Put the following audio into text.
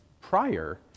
prior